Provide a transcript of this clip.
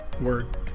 word